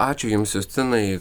ačiū jums justinai